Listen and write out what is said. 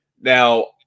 now